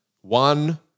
one